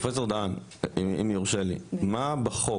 פרופסור דהן אם יורשה לי, מה בחוק,